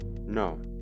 No